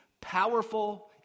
powerful